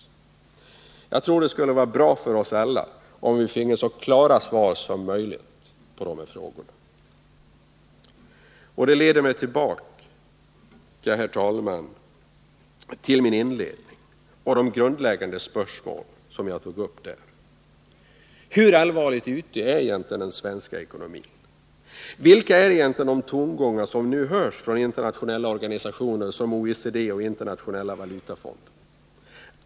Jag tror att det skulle vara bra för oss alla om vi fick så klara svar som möjligt på dessa frågor. Detta, herr talman, leder mig tillbaka till min inledning och de grundläggande spörsmål som jag där tog upp. Hur allvarligt ute är egentligen den svenska ekonomin? Vilka tongångar hörs nu från internationella organisationer som OECD och Internationella valutafonden?